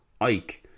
Ike